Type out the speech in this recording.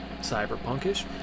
cyberpunkish